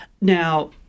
Now